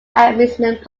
amusement